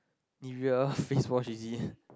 Nivea face wash is it